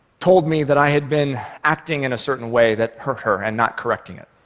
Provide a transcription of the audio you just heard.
told me that i had been acting in a certain way that hurt her and not correcting it.